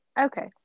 Okay